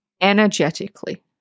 energetically